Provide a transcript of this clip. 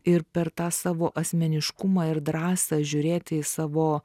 ir per tą savo asmeniškumą ir drąsą žiūrėti į savo